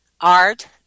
art